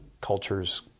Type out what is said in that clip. cultures